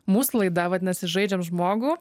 mūsų laida vadinasi žaidžiam žmogų